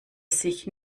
sich